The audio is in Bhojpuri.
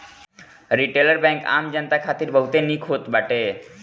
रिटेल बैंक आम जनता खातिर बहुते निक होत बाटे